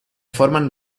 forman